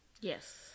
Yes